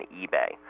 eBay